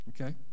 Okay